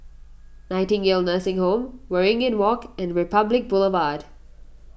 Nightingale Nursing Home Waringin Walk and Republic Boulevard